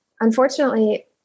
unfortunately